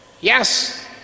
yes